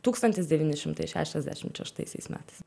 tūkstantis devyni šimtai šešiasdešimt šeštaisiais metais